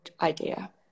idea